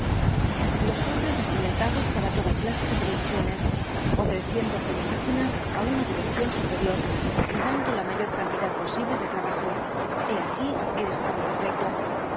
los hombres regimentados para toda clase de producciones obedeciendo como máquinas á una dirección superior y dando la mayor cantidad posible de trabajo he aquí el estado perfecto